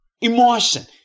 emotion